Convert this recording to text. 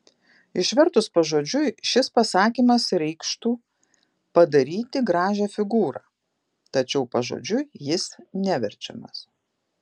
išvertus pažodžiui šis pasakymas reikštų padaryti gražią figūrą tačiau pažodžiui jis neverčiamas